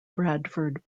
bradford